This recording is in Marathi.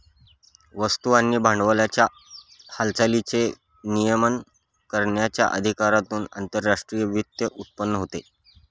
वस्तू आणि भांडवलाच्या हालचालींचे नियमन करण्याच्या अधिकारातून आंतरराष्ट्रीय वित्त उत्पन्न होते